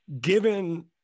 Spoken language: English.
given